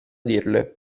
dirle